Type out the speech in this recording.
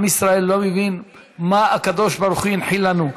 עם ישראל לא מבין מה הקדוש ברוך הוא הנחיל לנו.